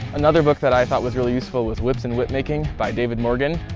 another book that i thought was really useful was whips and whipmaking by david morgan.